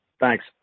Thanks